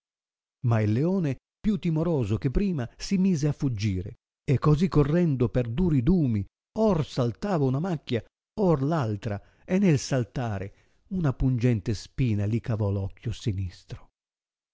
ma il leone più timoroso che prima si mise a fuggire e così correndo per duri dumi or saltava una macchia or l'altra e nel saltare una pungente spina li cavò rocchio sinistro